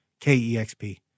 KEXP